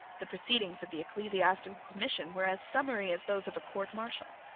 the proceedings of the ecclesiastical commission were as summary as those of a court martial.